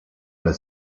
ale